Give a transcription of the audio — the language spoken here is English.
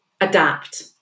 adapt